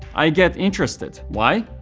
i get interested. why?